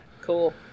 cool